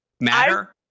matter